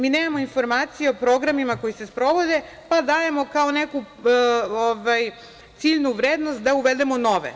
Mi nemamo informacije o programima koji se sprovode pa dajemo kao neku ciljnu vrednost da uvedemo nove.